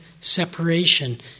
separation